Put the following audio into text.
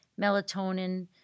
melatonin